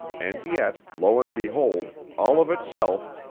and yet, lo and behold, all of itself,